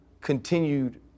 continued